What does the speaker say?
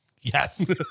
Yes